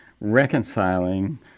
reconciling